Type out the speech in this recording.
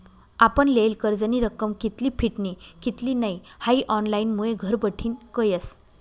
आपण लेयेल कर्जनी रक्कम कित्ली फिटनी कित्ली नै हाई ऑनलाईनमुये घरबठीन कयस